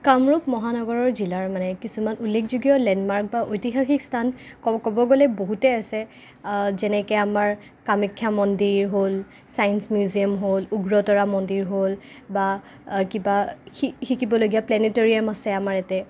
কামৰূপ মহানগৰৰ জিলাৰ মানে কিছুমান উল্লেখযোগ্য লেণ্ডমাৰ্ক বা ঐতিহাসিক স্থান ক'ব গ'লে বহুতেই আছে যেনেকে আমাৰ কামাখ্যা মন্দিৰ হ'ল ছায়েঞ্চ মিউজিয়াম হ'ল উগ্ৰতাৰা মন্দিৰ হ'ল বা কিবা শিকিবলগীয়া প্লেনেটৰীয়াম আছে আমাৰ ইয়াতে